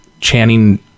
Channing